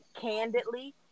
candidly